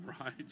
right